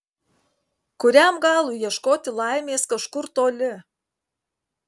kuriam galui ieškoti laimės kažkur toli